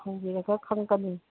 ꯍꯪꯕꯤꯔꯒ ꯈꯪꯒꯅꯤ